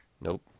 Nope